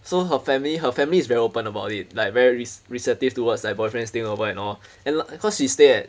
so her family her family is very open about it like very receptive towards like boyfriend staying over and all and like cause she stay at